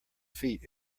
feet